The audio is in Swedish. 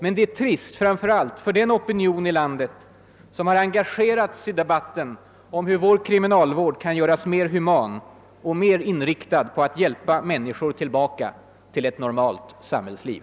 Framför allt är det trist för den opinion i landet som har engagerats i debatten om hur vår kriminalvård kan göras mer human och mer inriktad på att hjälpa människor tillbaka till ett normalt samhällsliv.